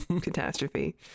catastrophe